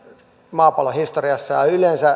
maapallon historiassa